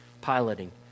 piloting